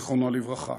זיכרונו לברכה.